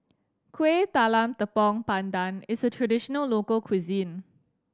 Kueh Talam Tepong Pandan is a traditional local cuisine